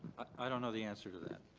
i don't know the answer to that.